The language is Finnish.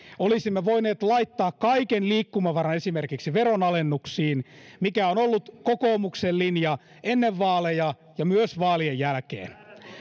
olisimme voineet laittaa kaiken liikkumavaran esimerkiksi veronalennuksiin mikä on ollut kokoomuksen linja ennen vaaleja ja myös vaalien jälkeen